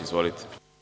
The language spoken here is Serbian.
Izvolite.